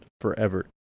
forever